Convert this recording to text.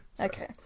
Okay